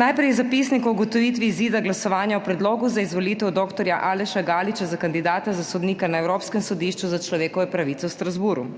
Najprej zapisnik o ugotovitvi izida glasovanja o Predlogu za izvolitev dr. Aleša Galiča za kandidata za sodnika na Evropskem sodišču za človekove pravice v Strasbourgu.